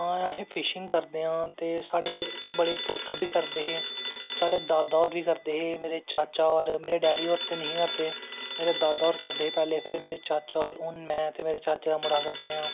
हां अस फिशिंग करदे आं ते साढ़े पुरख बी करदे हे मेरो दादा होर करदे हे मेरे चाचा होर मेरे डैड़ होर ते नी हे करदे मेरे दादा होर करदे हे पैह्लें फिर मेरे चाचा होर हून में ते मेरे चाचे दा मुड़ा करदे आं